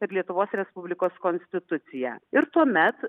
ir lietuvos respublikos konstituciją ir tuomet